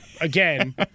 again